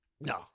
No